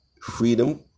Freedom